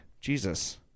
Jesus